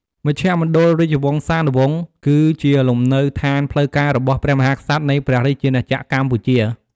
មជ្ឈមណ្ឌលរាជវង្សានុវង្ស គឺជាលំនៅឋានផ្លូវការរបស់ព្រះមហាក្សត្រនៃព្រះរាជាណាចក្រកម្ពុជា។